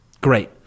great